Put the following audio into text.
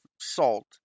salt